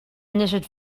knitted